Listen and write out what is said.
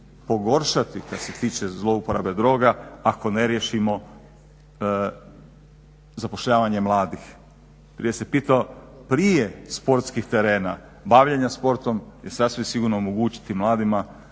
pogoršati kada se tiče zloupotreba droga ako ne riješimo zapošljavanje mladih. Prije se pitalo, … sportskih terena bavljenja sportom će sasvim sigurno omogućiti mladima